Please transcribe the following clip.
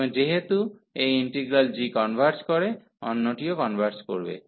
এবং যেহেতু এই ইন্টিগ্রাল g কনভার্জ করে অন্যটিও কনভার্জ করবে